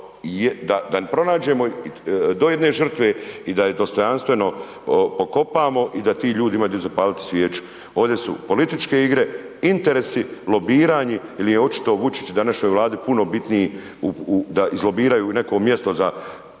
da pronađemo do jedne žrtve i da je dostojanstveno pokopamo i da ti ljudi imaju di zapaliti svijeću. Ovdje su političke igre, interesi, lobiranje jel je očito Vučić današnjoj Vladi puno bitniji da izlobiraju neko mjesto za